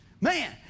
Man